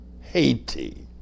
Haiti